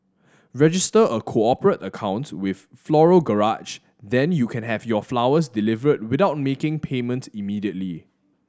register a cooperate accounts with Floral Garage then you can have your flowers delivered without making payment immediately